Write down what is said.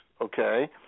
Okay